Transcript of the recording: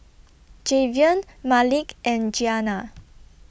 Javion Malik and Giana